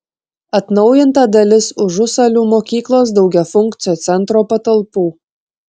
atnaujinta dalis užusalių mokyklos daugiafunkcio centro patalpų